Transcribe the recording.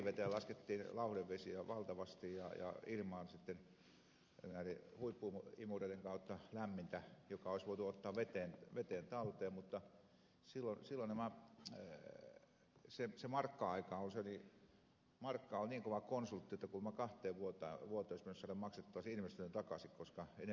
oriveteen laskettiin lauhdevesiä valtavasti ja ilmaan sitten näiden huippuimureiden kautta lämmintä joka olisi voitu ottaa veteen talteen mutta silloin se oli markka aikaa markka oli niin kova konsultti että kuulemma kahdessa vuodessa olisi pitänyt saada maksettua se investointi takaisin koska energia oli niin halpaa